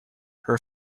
her